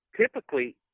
typically